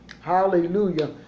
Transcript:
hallelujah